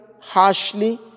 harshly